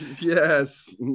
Yes